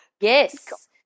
Yes